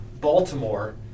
Baltimore